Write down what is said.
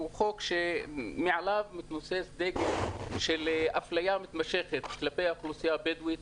הוא חוק שמעליו מתנוסס דגל של הפליה מתמשכת כלפי האוכלוסייה הבדואית,